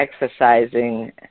exercising